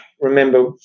remember